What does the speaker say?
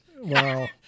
Wow